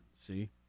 See